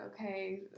okay